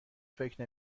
فکر